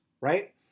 right